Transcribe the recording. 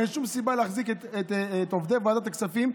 אין שום סיבה להחזיק את עובדי ועדת הכספים,